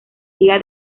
día